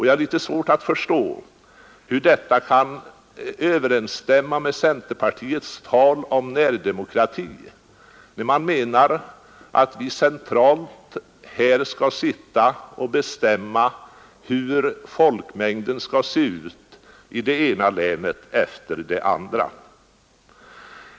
Jag har litet svårt att förstå hur detta kan överensstämma med centerpartiets tal om närdemokrati, när man menar att vi här centralt skall sitta och bestämma hur folkmängden skall se ut i det ena länet efter det andra.